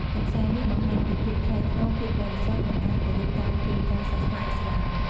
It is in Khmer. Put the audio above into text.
កន្សែងនេះបង្ហាញពីភាពថ្លៃថ្នូរ ភាពបរិសុទ្ធ និងការគោរពតាមគោលការណ៍សាសនាឥស្លាម។